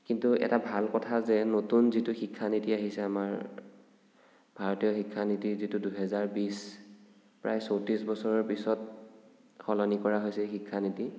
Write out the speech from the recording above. কিন্তু এটা ভাল কথা যে নতুন যিটো শিক্ষানীতি আহিছে আমাৰ ভাৰতীয় শিক্ষানীতি যিটো দুহেজাৰ বিছ প্ৰায় চৌত্ৰিছ বছৰৰ পিছত সলনি কৰা হৈছে শিক্ষানীতি